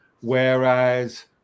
whereas